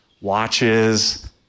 watches